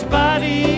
body